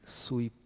sui